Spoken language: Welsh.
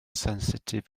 sensitif